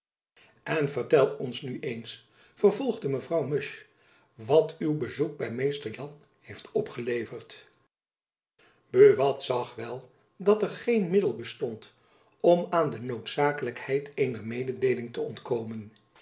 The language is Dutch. en vertel ons nu eens vervolgde mevrouw musch wat uw bezoek by mr jan heeft opgeleverd buat zag wel dat er geen middel bestond om aan de noodzakelijkheid eener mededeeling te ontkomen